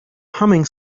humming